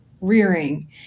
rearing